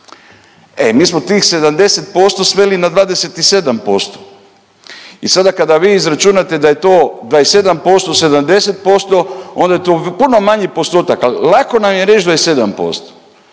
E mi smo tih 70% sveli na 27% i sada kada vi izračunate da je to 27%:70% onda je to puno manji postotak, al lako nam je reć da